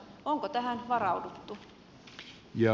onko tähän varauduttu